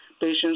patients